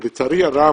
לצערי הרב,